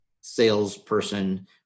salesperson